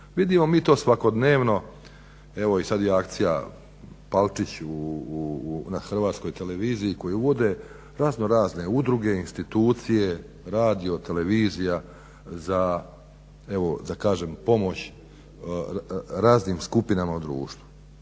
Vidimo mi to svakodnevno, evo i sad je akcija Palčić na Hrvatskoj televiziji koju uvode raznorazne udruge, institucije, radio, televizija za pomoć raznim skupinama u društvu.